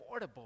affordable